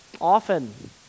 Often